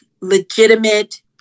legitimate